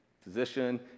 physician